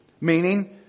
Meaning